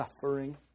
suffering